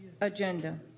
agenda